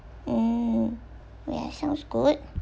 um ya sounds good